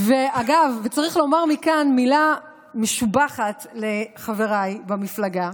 אגב, צריך לומר מכאן מילה משובחת לחבריי במפלגה,